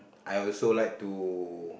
I also like to